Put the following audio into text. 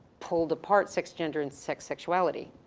pulled apart sex gender and sex sexuality.